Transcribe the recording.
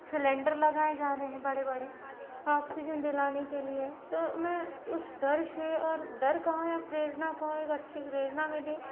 cylinder लगाए जा रहे है बड़े बड़े आक्सीजन दिलाने के लिए तो मैं उस डर से और डर कहूँ या प्रेरणा कहूँ एक अच्छी प्रेरणा मिली